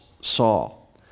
Saul